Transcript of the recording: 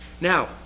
Now